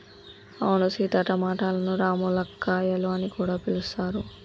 అవును సీత టమాటలను రామ్ములక్కాయాలు అని కూడా పిలుస్తారు